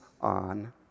on